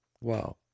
Wow